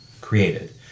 created